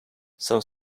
some